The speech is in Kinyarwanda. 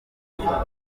bwiza